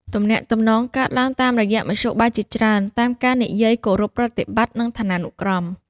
ទំនាក់ទំនងកើតឡើងតាមរយៈមធ្យោបាយជាច្រើន តាមការនិយាយគោរពប្រតិបត្តិ និងឋានានុក្រម។